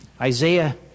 Isaiah